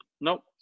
Nope